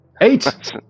Eight